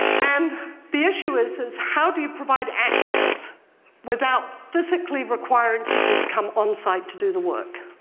and the issue is is how do you provide access without physically requiring people to come onsite to do the work.